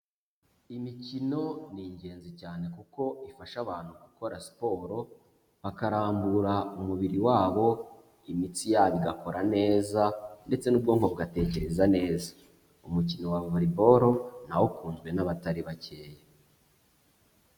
Imikino ni ingenzi cyane kuko ifasha abantu gukora siporo, bakarambura umubiri wabo, imitsi yabo igakora neza ndetse n'ubwonko bugatekereza neza, umukino wa Volley ball nawo ukunzwe n'abatari bakeya.